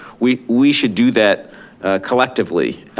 we we should do that collectively.